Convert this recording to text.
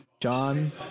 John